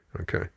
Okay